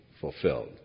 fulfilled